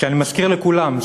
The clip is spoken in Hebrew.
ואני מזכיר לכולם,